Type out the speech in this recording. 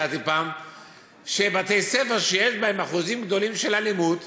הצעתי פעם שבתי-ספר שיש בהם אחוזים גדולים של אלימות,